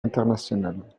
international